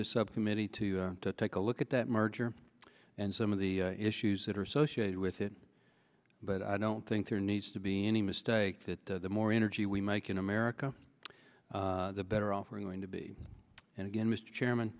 this subcommittee to take a look at that merger and some of the issues that are associated with it but i don't think there needs to be any mistake that the more energy we make in america the better off we're going to be and again mr chairman